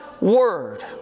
Word